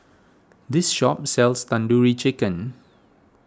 this shop sells Tandoori Chicken